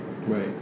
Right